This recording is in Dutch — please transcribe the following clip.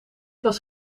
was